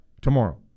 tomorrow